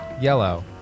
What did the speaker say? yellow